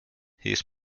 his